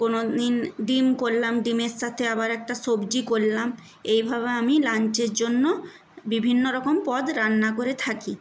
কোনো দিন ডিম করলাম ডিমের সাথে আবার একটা সবজি করলাম এইভাবে আমি লাঞ্চের জন্য বিভিন্ন রকম পদ রান্না করে থাকি